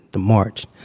the march.